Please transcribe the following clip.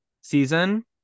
season